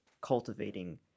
cultivating